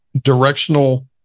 directional